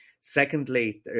Secondly